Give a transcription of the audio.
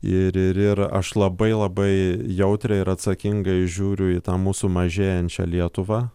ir ir ir aš labai labai jautriai ir atsakingai žiūriu į tą mūsų mažėjančią lietuvą